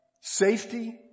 safety